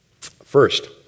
First